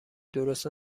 درست